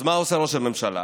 אז מה עושה ראש הממשלה?